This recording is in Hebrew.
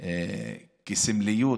באופן סמלי,